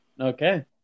Okay